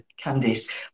Candice